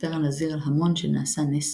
מספר הנזיר להמון שנעשה נס,